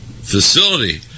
facility